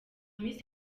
miss